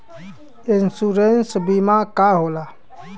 Insurance बीमा का होला?